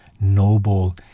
noble